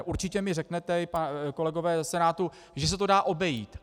Určitě mi řeknete, kolegové ze Senátu, že se to dá obejít.